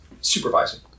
supervising